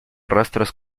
rostros